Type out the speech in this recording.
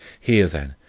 here, then,